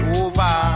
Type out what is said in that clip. over